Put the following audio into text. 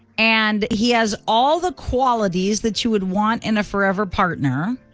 and he has all the qualities that she would want in a forever partner.